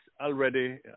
already